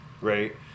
right